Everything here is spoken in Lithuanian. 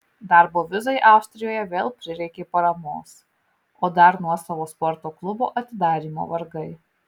darbo vizai austrijoje vėl prireikė paramos o dar nuosavo sporto klubo atidarymo vargai